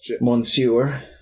Monsieur